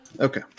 Okay